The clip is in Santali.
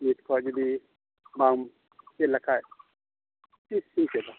ᱱᱤᱛ ᱠᱷᱚᱡ ᱡᱩᱫᱤ ᱵᱟᱢ ᱪᱮᱫ ᱞᱮᱠᱷᱟᱡ ᱛᱤᱥᱮᱢ ᱪᱮᱫᱟ